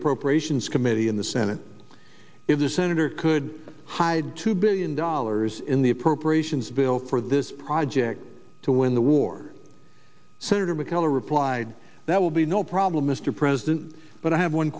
appropriations committee in the senate if the senator could hide two billion dollars in the appropriations bill for this project to win the war senator mccullough replied that will be no problem mr president but i have one